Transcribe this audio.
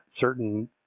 certain